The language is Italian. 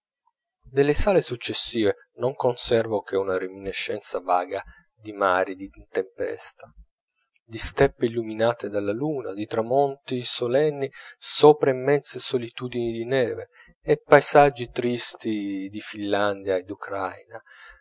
delle sale successive non conservo che una reminiscenza vaga di mari in tempesta di steppe illuminate dalla luna di tramonti solenni sopra immense solitudini di neve e paesaggi tristi di finlandia e d'ukrania